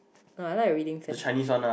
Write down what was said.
no I like a reading fans